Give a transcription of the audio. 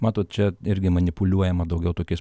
matot čia irgi manipuliuojama daugiau tokiais